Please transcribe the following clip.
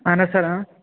اہن حظ سَر